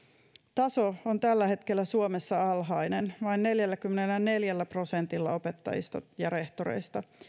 taso on tällä hetkellä suomessa alhainen vain neljälläkymmenelläneljällä prosentilla opettajista ja rehtoreista